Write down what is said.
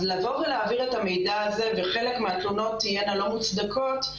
אז לבוא ולהעביר את המידע הזה וחלק מהתלונות תהיינה לא מוצדקות,